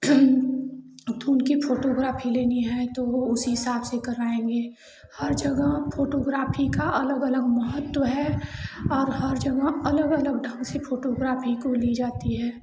तो धुंध के फोटोग्राफी लेनी है तो वह उसी हिसाब से करवाएँगे हर जगह फोटोग्राफी का अलग अलग महत्व है और हर जगह अलग अलग ढंग से फोटोग्राफी को ली जाती है